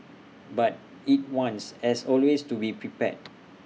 but IT wants as always to be prepared